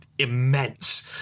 immense